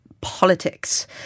politics